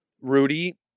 Rudy